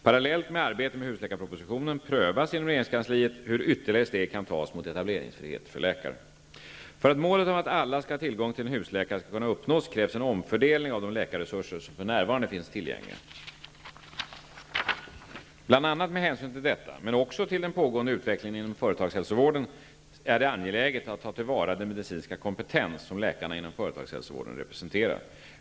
Parallellt med arbetet med husläkarpropositionen prövas inom regeringskansliet hur ytterligare steg kan tas mot etableringsfrihet för läkare. För att målet om att alla skall ha tillgång till en husläkare skall kunna uppnås krävs en omfördelning av de läkarresurser som för närvarande finns tillgängliga. Bl.a.med hänsyn till detta, men också till den pågående utvecklingen inom företagshälsovården, är det angeläget att ta till vara den medicinska kompetens som läkarna inom företagshälsovården representerar.